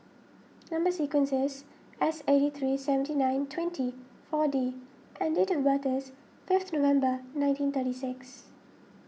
Number Sequence is S eighty three seventy nine twenty four D and date of birth is fifth November nineteen thirty six